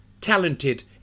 talented